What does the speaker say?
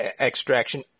extraction –